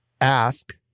ask